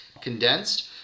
condensed